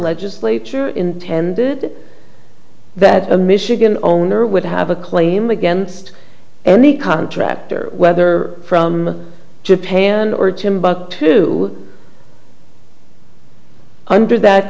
legislature intended that a michigan owner would have a claim against any contractor whether from japan or timbuktu under that